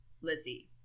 Lizzie